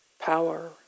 power